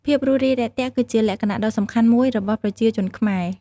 ភាពរួសរាយរាក់ទាក់គឺជាលក្ខណៈដ៏សំខាន់មួយរបស់ប្រជាជនខ្មែរ។